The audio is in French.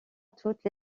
toutes